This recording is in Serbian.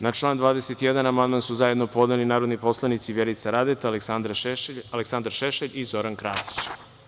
Na član 21. amandman su zajedno podneli narodni poslanici Vjerica Radeta, Aleksandar Šešelj i Zoran Krasić.